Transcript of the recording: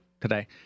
today